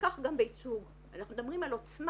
וכך גם בייצוג אנחנו מדברים על עוצמה,